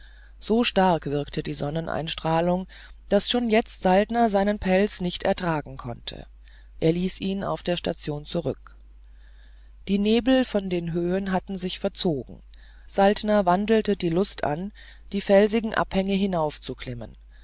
so stark wirkte die sonnenstrahlung daß schon jetzt saltner seinen pelz nicht ertragen konnte er ließ ihn auf der station zurück die nebel von den höhen hatten sich verzogen saltner wandelte die lust an die felsigen abhänge